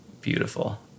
beautiful